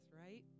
right